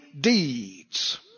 deeds